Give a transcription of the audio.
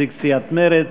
נציג סיעת מרצ.